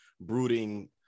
brooding